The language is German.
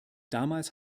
damals